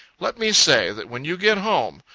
let me say, that when you get home,